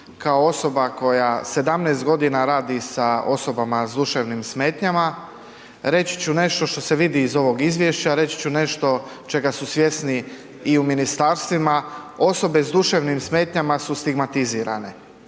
kao osoba koja 17 godina radi sa osobama s duševnim smetnjama. Reći ću nešto što se vidi iz ovog izvješća, reći ću nešto čega su svjesni i u ministarstvima. Osobe s duševnim smetnjama su stigmatizirane.